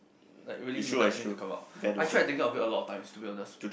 like really hypnotise me until come out I tried thinking of it a lot of times to be honest